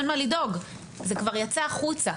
אין מה לדאוג זה כבר יצא החוצה,